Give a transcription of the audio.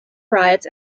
riots